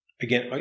Again